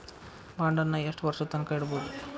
ಬಾಂಡನ್ನ ಯೆಷ್ಟ್ ವರ್ಷದ್ ತನ್ಕಾ ಇಡ್ಬೊದು?